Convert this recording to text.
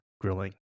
grilling